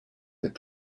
that